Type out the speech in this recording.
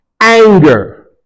anger